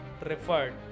referred